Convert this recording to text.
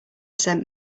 sent